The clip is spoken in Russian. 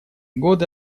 годы